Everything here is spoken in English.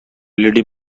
led